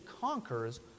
conquers